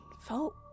felt